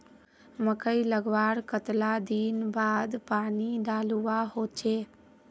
मकई लगवार कतला दिन बाद पानी डालुवा होचे?